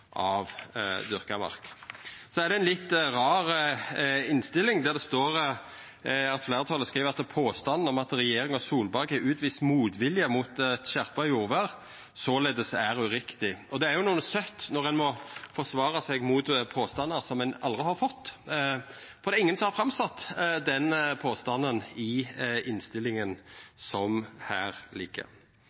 av dyrka mark. Det er ei litt rar innstilling, for fleirtalet skriv at «påstanden om at regjeringen Solberg har utvist motvilje mot skjerpet jordvern, således er uriktig». Det er jo noko søkt at ein må forsvara seg mot påstandar som ein aldri har kome med – det er ingen som har sett fram den påstanden.